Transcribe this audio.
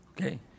Okay